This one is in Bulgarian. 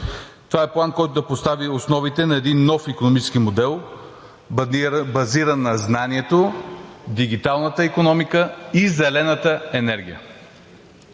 Това е План, който да постави основите на един нов икономически модел, базиран на знанието, дигиталната икономика и Зелената енергия.